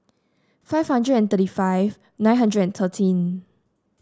five hundred and thirty five nine hundred and thirteen